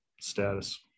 status